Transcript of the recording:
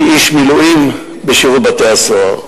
כאיש מילואים בשירות בתי-הסוהר.